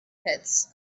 pits